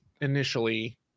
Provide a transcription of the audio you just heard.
initially